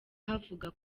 havugwa